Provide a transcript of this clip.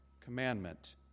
commandment